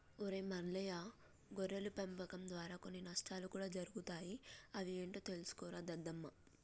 ఒరై మల్లయ్య గొర్రెల పెంపకం దారా కొన్ని నష్టాలు కూడా జరుగుతాయి అవి ఏంటో తెలుసుకోరా దద్దమ్మ